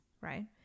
Right